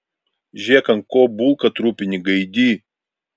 žėk ant ko bulką trupini gaidy